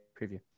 preview